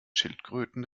schildkröten